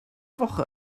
woche